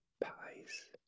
pies